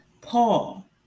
Paul